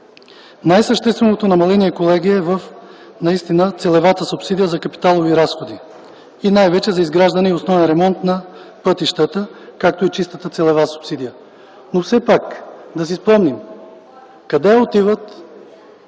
Най-същественото намаление е в целевата субсидия за капиталови разходи и най-вече за изграждане и основен ремонт на пътищата, както и чистата целева субсидия. Но все пак да си спомним къде отиват